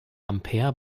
ampere